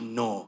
no